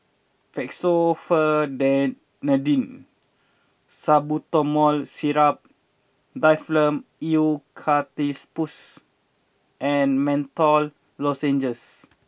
Fexofenadine Salbutamol Syrup Difflam Eucalyptus and Menthol Lozenges